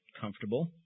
comfortable